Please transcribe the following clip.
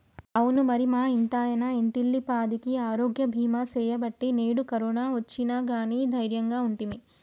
అవునా మరి మా ఇంటాయన ఇంటిల్లిపాదికి ఆరోగ్య బీమా సేయబట్టి నేడు కరోనా ఒచ్చిన గానీ దైర్యంగా ఉంటిమి